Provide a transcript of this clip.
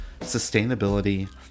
sustainability